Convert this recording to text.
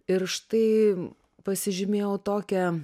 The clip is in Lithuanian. ir štai pasižymėjau tokią